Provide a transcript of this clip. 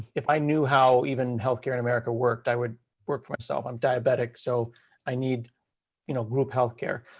if i knew how even healthcare in america worked, i would work for myself. i'm diabetic, so i need you know group healthcare.